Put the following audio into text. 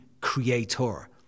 creator